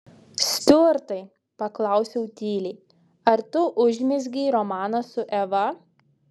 stiuartai paklausiau tyliai ar tu užmezgei romaną su eva